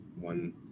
one